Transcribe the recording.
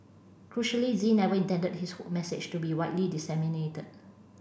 crucially Z never intended his hoax message to be widely disseminated